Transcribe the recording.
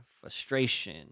frustration